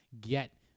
get